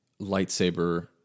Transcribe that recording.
lightsaber